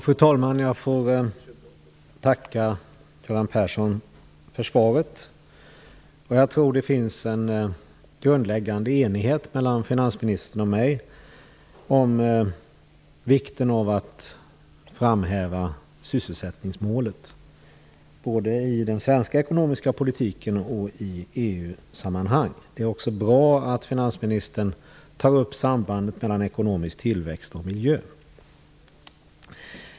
Fru talman! Jag får tacka Göran Persson för svaret. Jag tror att det finns en grundläggande enighet mellan finansministern och mig om vikten av att framhäva sysselsättningsmålet både i den svenska ekonomiska politiken och i EU-sammanhang. Det är också bra att finansministern tar upp sambandet mellan ekonomisk tillväxt och miljö.